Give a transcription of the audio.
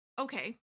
Okay